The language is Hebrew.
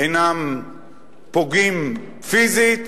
אינם פוגעים פיזית,